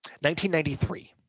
1993